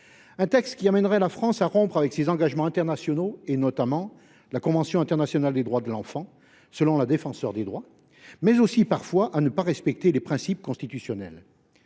Ce texte conduirait la France à rompre avec ses engagements internationaux, notamment la Convention internationale des droits de l’enfant, selon la Défenseure des droits, mais aussi, parfois, à ne pas respecter les principes constitutionnels.